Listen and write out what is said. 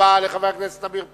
תודה רבה לחבר הכנסת עמיר פרץ.